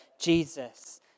Jesus